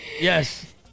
Yes